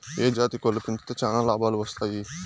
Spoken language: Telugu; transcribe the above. ఏ జాతి కోళ్లు పెంచితే చానా లాభాలు వస్తాయి?